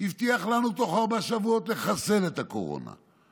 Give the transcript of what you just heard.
הבטיח לנו לחסל את הקורונה בתוך ארבעה שבועות.